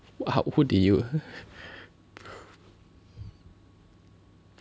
who did you